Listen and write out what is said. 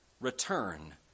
return